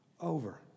over